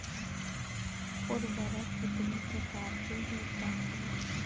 उर्वरक कितनी प्रकार के होता हैं?